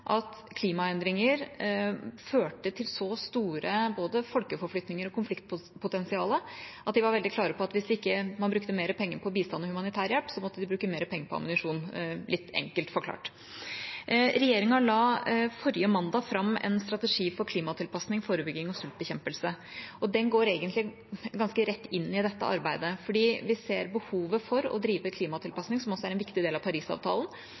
at klimaendringer førte til så store både folkeforflytninger og konfliktpotensial at de var veldig klare på at hvis man ikke brukte mer penger på bistand og humanitærhjelp, måtte de bruke mer penger på ammunisjon – litt enkelt forklart. Regjeringa la forrige mandag fram en strategi for klimatilpasning, forebygging og sultbekjempelse. Den går egentlig ganske rett inn i dette arbeidet, fordi vi ser behovet for å drive klimatilpasning, som også er en viktig del av Parisavtalen,